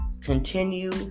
Continue